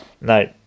No